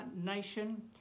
nation